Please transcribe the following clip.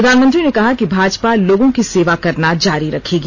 प्रधानमंत्री ने कहा कि भाजपा लोगों की सेवा करना जारी रखेगी